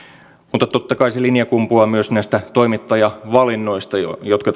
mutta totta kai se linja kumpuaa myös näistä toimittajavalinnoista jotka